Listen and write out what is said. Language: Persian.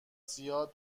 سیاه